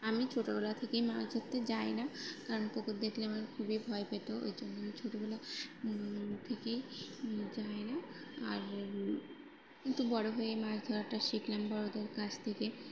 আমি ছোটোবেলা থেকেই মাছ ধরতে যাই না কারণ পুকুর দেখলে আমার খুবই ভয় পেতো ওই জন্য আমি ছোটোবেলা ম মোন থেকেই যাই না আর কিন্তু বড়ো হয়ে মাছ ধরাটা শিখলাম বড়দের কাছ থেকে